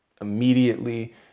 immediately